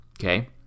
okay